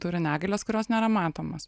turi negalias kurios nėra matomos